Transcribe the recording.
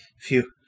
Phew